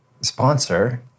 sponsor